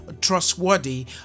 trustworthy